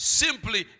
simply